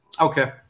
Okay